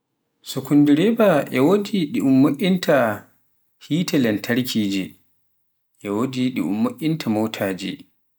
sikundireba, e wode ɗi um moiinta heeti lantarkije e wodi ɗi um mo'inta motaaji.